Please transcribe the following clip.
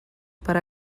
para